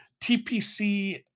TPC